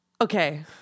Okay